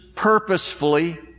purposefully